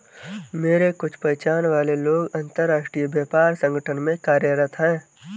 मेरे कुछ पहचान वाले लोग अंतर्राष्ट्रीय व्यापार संगठन में कार्यरत है